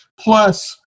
Plus